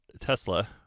Tesla